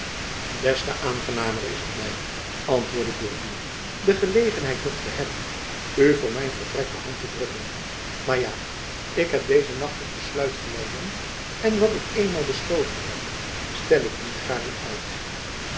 te aangenamer is het my antwoordde gourville de gelegenheid nog te hebben u voor mijn vertrek de hand te drukken maar ja ik heb deze nacht het besluit genomen en wat ik eenmaal besloten heb stel ik niet gaarne uit